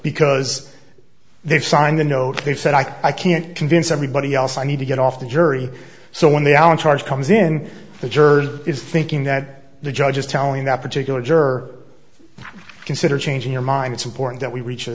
because they've signed the note they've said i can't convince everybody else i need to get off the jury so when the allen charge comes in the jersey is thinking that the judge is telling that particular juror consider changing your mind it's important that we reach